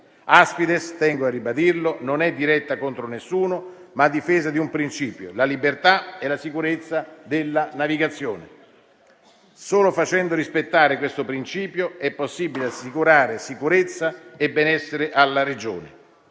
Aspides, tengo a ribadirlo, non è diretta contro nessuno, ma è a difesa di un principio: la libertà e la sicurezza della navigazione. Solo facendo rispettare questo principio è possibile assicurare sicurezza e benessere alla regione.